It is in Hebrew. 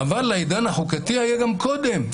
מעבר לעידן החוקתי היה גם קודם,